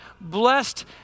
blessed